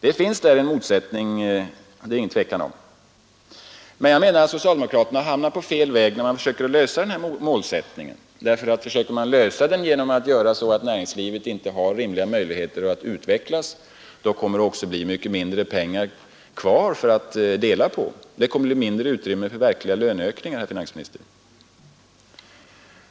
Det är ingen tvekan om att där finns en motsättning. Jag menar dock att socialdemokraterna hamnat på fel väg när de försöker lösa denna motsättning. Om man försöker lösa den genom att göra så att näringslivet inte har rimliga möjligheter att utvecklas, då kommer det också bli mycket mindre pengar kvar att dela på. Det kommer att bli mindre utrymme för verkliga löneökningar, herr finansminister.